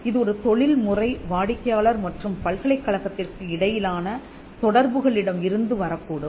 இது ஒரு தொழில்முறை வாடிக்கையாளர் மற்றும் பல்கலைக்கழகத்திற்கு இடையிலான தொடர்புகளிடம் இருந்து வரக் கூடும்